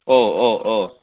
ओ ओ ओ